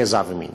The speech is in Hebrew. גזע ומין.